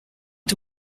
est